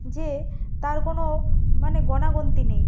যে তার কোনো মানে গোনা গুনতি নেই